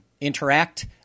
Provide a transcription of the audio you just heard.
interact